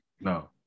no